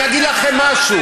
אני אגיד לכם משהו: